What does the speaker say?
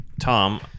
Tom